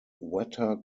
wetter